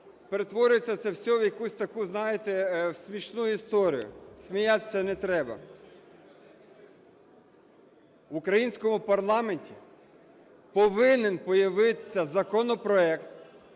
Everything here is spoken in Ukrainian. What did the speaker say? перетворюється це все в якусь таку, знаєте, в смішну історію. Сміятися не треба! В українському парламенті повинен появитися законопроект,